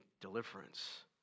deliverance